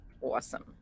Awesome